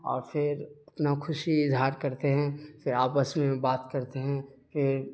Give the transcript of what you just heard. اور پھر اپنا خوشی اظہار کرتے ہیں پھر آپس میں بات کرتے ہیں پھر